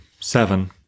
Seven